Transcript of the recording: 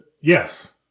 Yes